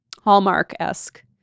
Hallmark-esque